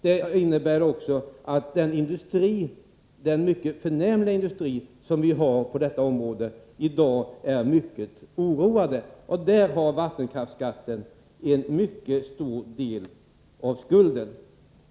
Det innebär också att man inom den mycket förnämliga industri som vi har på detta område i dag är mycket oroad, och där har vattenkraftsskatten en mycket stor del av skulden.